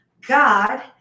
God